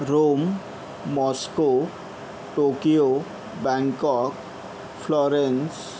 Rome Moscow Tokyo Bangkok florence